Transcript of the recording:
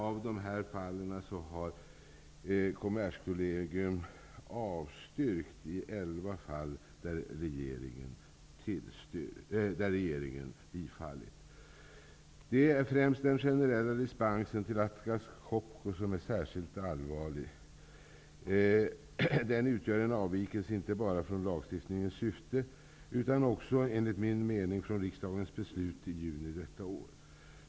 Av dessa fall har Kommerskollegium avstyrkt i elva fall där regeringen har bifallit. Den generella dispensen till Atlas Copco är särskilt allvarlig. Den utgör en avvikelse, inte bara från lagstiftningens syfte utan också, enligt min mening, från riksdagens beslut i juni detta år.